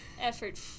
effort